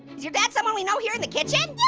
is you dad someone we know here in the kitchen?